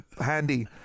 handy